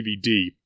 DVD